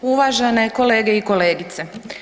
Uvažene kolege i kolegice.